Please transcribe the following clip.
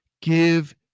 give